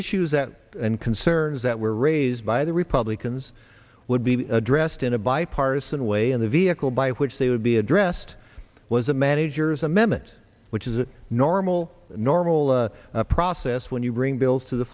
issues that and concerns that were raised by the republicans would be addressed in a bipartisan way in the vehicle by which they would be addressed was a manager's amendment which is a normal normal process when you bring bills to the